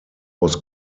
was